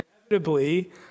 inevitably